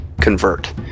convert